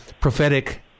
prophetic